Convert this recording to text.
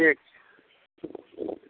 ठीक छै